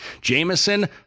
Jameson